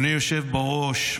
אדוני היושב בראש,